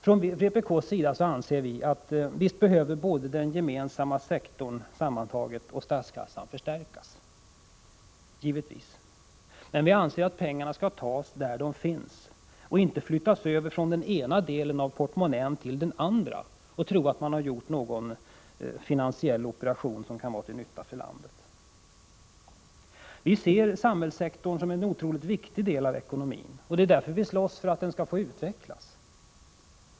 Från vpk:s sida anser vi att både den gemensamma sektorn sammantaget och statskassan givetvis behöver förstärkas. Men vi anser att man skall ta pengarna där de finns och inte flytta över dem från den ena delen av portmonnän till den andra och tro att man har gjort någon finansiell operation som kan vara till nytta för landet. Vi ser samhällssektorn som en oerhört viktig del av ekonomin, och det är därför vi slåss för att den skall få utvecklas.